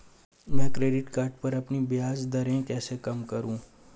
मैं credit card पर अपनी ब्याज दरें कैसे कम करूँ?